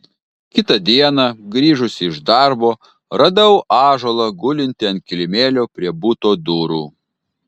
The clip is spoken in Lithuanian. kitą dieną grįžusi iš darbo radau ąžuolą gulintį ant kilimėlio prie buto durų